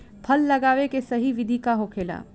फल लगावे के सही विधि का होखेला?